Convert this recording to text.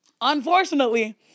Unfortunately